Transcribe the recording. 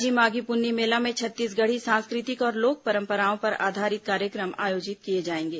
राजिम माघी पुन्नी मेला में छत्तीसगढ़ी सांस्कृतिक और लोक परम्पराओं पर आधारित कार्यक्रम आयोजित किए जाएंगे